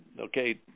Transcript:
okay